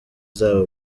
zabo